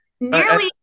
nearly